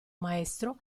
maestro